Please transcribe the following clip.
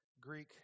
Greek